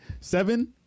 seven